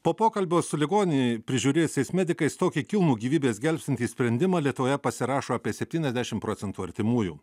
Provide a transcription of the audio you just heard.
po pokalbio su ligonį prižiūrėjusiais medikais tokį kilnų gyvybės gelbstintį sprendimą lietuvoje pasirašo apie septyniasdešim procentų artimųjų